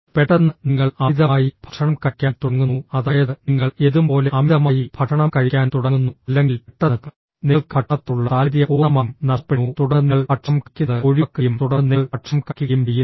പെട്ടെന്ന് നിങ്ങൾ അമിതമായി ഭക്ഷണം കഴിക്കാൻ തുടങ്ങുന്നു അതായത് നിങ്ങൾ എന്തും പോലെ അമിതമായി ഭക്ഷണം കഴിക്കാൻ തുടങ്ങുന്നു അല്ലെങ്കിൽ പെട്ടെന്ന് നിങ്ങൾക്ക് ഭക്ഷണത്തോടുള്ള താൽപര്യം പൂർണ്ണമായും നഷ്ടപ്പെടുന്നു തുടർന്ന് നിങ്ങൾ ഭക്ഷണം കഴിക്കുന്നത് ഒഴിവാക്കുകയും തുടർന്ന് നിങ്ങൾ ഭക്ഷണം കഴിക്കുകയും ചെയ്യുന്നു